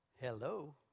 Hello